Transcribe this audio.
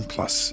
Plus